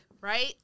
right